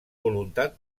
voluntat